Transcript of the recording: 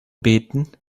beten